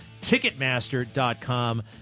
Ticketmaster.com